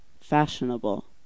fashionable